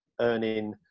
earning